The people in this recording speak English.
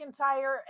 McIntyre